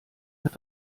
hat